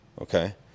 okay